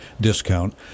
discount